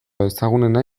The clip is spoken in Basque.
ezagunena